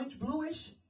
bluish